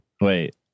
Wait